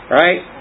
right